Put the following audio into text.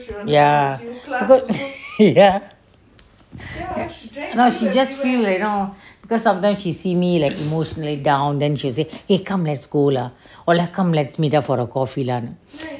ya ya she just feel you know because sometimes she see me like emotionally down then she will say eh come let's go lah eh come let's meet up for a coffee lah